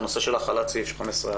את הנושא של החלת סעיף 15(א).